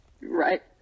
right